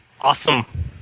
Awesome